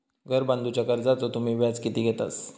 घर बांधूच्या कर्जाचो तुम्ही व्याज किती घेतास?